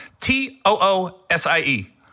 T-O-O-S-I-E